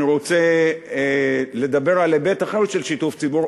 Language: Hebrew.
אני רוצה לדבר על היבט אחר של שיתוף ציבור,